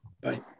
Bye